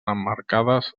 emmarcades